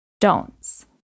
Don'ts